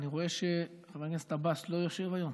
אני רואה שחבר הכנסת עבאס לא יושב היום.